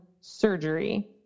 surgery